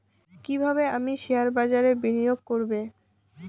কিভাবে আমি শেয়ারবাজারে বিনিয়োগ করবে?